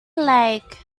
like